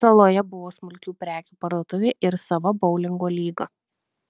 saloje buvo smulkių prekių parduotuvė ir sava boulingo lyga